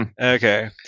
Okay